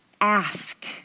ask